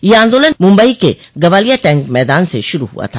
यह आंदोलन मुंबई के गवालिया टैंक मैदान से शुरू हुआ था